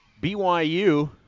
BYU